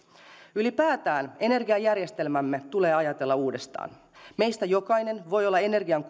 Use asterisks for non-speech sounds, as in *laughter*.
ylipäätään energiajärjestelmämme tulee ajatella uudestaan meistä jokainen voi olla paitsi energian *unintelligible*